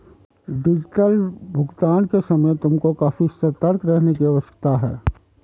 digital भुगतान के समय तुमको काफी सतर्क रहने की आवश्यकता है